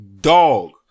dog